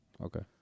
Okay